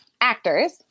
Actors